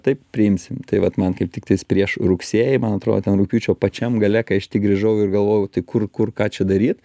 taip priimsim tai vat man kaip tiktais prieš rugsėjį man atrodo ten rugpjūčio pačiam gale kai aš grįžau ir galvojau tai kur kur ką čia daryt